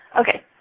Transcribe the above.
Okay